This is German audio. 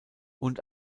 und